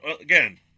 again